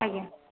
ଆଜ୍ଞା